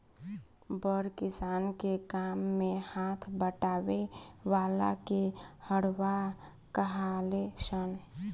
बड़ किसान के काम मे हाथ बटावे वाला के हरवाह कहाले सन